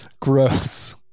gross